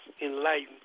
enlightened